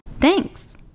thanks